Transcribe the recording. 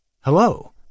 hello